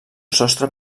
sostre